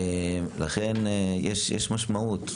לכן יש משמעות.